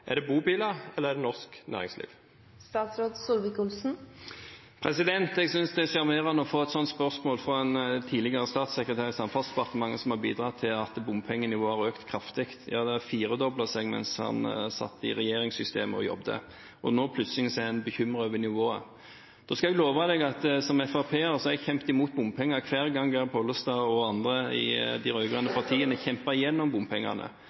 Er det bobiler, eller er det norsk næringsliv? Jeg synes det er sjarmerende å få et sånt spørsmål fra en tidligere statssekretær i Samferdselsdepartementet som har bidratt til at bompengenivået har økt kraftig – ja, det firedoblet seg mens han satt i regjeringssystemet og jobbet – og nå er han plutselig bekymret over nivået. Da skal jeg love ham at som FrP-er har jeg kjempet mot bompenger hver gang Geir Pollestad og andre i de rød-grønne partiene kjempet gjennom bompengene.